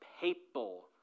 papal